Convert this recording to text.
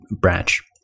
branch